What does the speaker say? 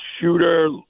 shooter